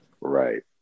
right